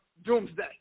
Doomsday